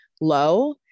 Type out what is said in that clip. low